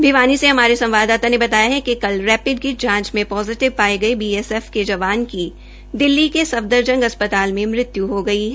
भिवानी से हमारे संवाददाता ने बताया कि कल रेपिड किट जांच में पोजिटिव पाये गये बीएसएफ के जवान की दिल्ली के सफदरजंग अस्पताल में मृत्यू हो गई है